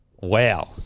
Wow